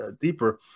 deeper